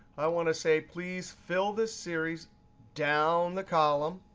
i want to say please fill this series down the column.